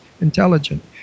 intelligent